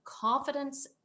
confidence